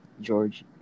George